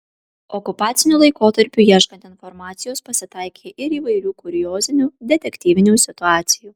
okupaciniu laikotarpiu ieškant informacijos pasitaikė ir įvairių kuriozinių detektyvinių situacijų